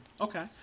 Okay